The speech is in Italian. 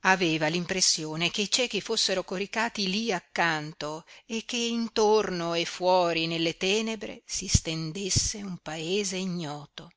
aveva l'impressione che i ciechi fossero coricati lí accanto e che intorno e fuori nelle tenebre si stendesse un paese ignoto